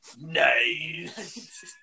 nice